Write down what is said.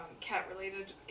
cat-related